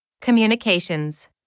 Communications